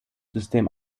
system